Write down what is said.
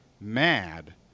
mad